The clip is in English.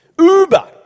Uber